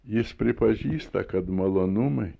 jis pripažįsta kad malonumai